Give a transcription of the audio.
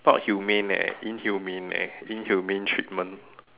not humane eh inhumane eh inhumane treatment